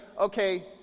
okay